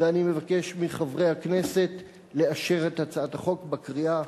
ואני מבקש מחברי הכנסת לאשר את הצעת החוק בקריאה